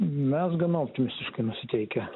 mes gana optimistiškai nusiteikę